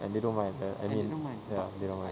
and they don't mind ya I mean ya they don't mind